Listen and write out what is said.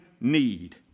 need